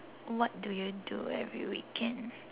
what do you do every weekend